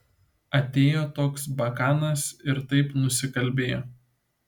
atėjo toks bakanas ir taip nusikalbėjo